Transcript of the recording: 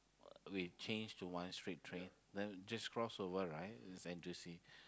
we change to one straight train then just cross over right it's N_T_U_C